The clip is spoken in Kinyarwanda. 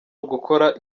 ugukora